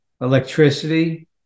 electricity